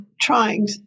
trying